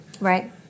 Right